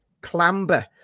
clamber